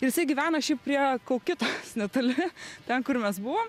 ir jisai gyveno šį prie kaukitos netoli ten kur mes buvom